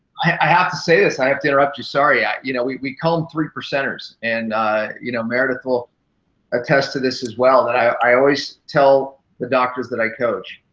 i have to say this. i have to interrupt you. sorry. you know we call them three percenters. and you know meredith will attest to this as well that i always tell the doctors that i coach,